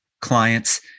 clients